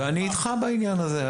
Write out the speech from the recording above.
אני איתך בעניין הזה.